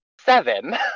seven